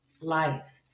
life